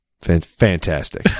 Fantastic